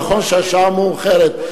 נכון שהשעה מאוחרת,